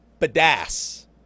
badass